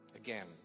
Again